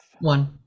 One